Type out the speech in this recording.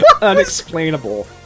unexplainable